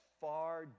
far